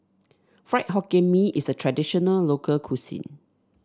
Fried Hokkien Mee is a traditional local cuisine